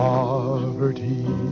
Poverty